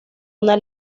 una